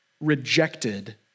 rejected